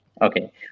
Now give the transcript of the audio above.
okay